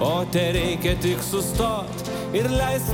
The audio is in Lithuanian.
o tereikia tik sustot ir leist